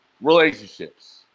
relationships